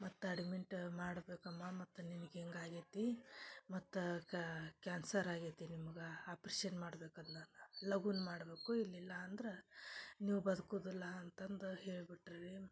ಮತ್ತು ಅಡ್ಮಿಂಟ್ ಮಾಡಬೇಕಮ್ಮ ಮತ್ತು ನಿನಗೆ ಹಿಂಗೆ ಆಗೈತಿ ಮತ್ತು ಕ್ಯಾನ್ಸರ್ ಆಗ್ಯೆತಿ ನಿಮ್ಗೆ ಆಪ್ರೇಷನ್ ಮಾಡ್ಬೇಕು ಅಂದಾನ ಲಘುನ ಮಾಡಬೇಕು ಇಲ್ಲಿಲ್ಲ ಅಂದ್ರೆ ನೀವು ಬದ್ಕುದಿಲ್ಲ ಅಂತಂದು ಹೇಳ್ಬಿಟ್ಟರೇನು